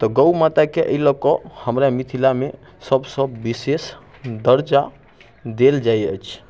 तऽ गौ माताके अइ लऽ कऽ हमरा मिथिलामे सभसँ बिशेष दर्जा देल जाइ अछि